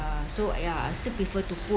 uh so ya I still prefer to put